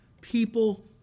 people